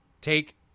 take